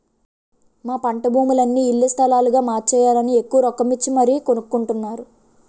మా పంటభూములని ఇళ్ల స్థలాలుగా మార్చేయాలని ఎక్కువ రొక్కమిచ్చి మరీ కొనుక్కొంటున్నారు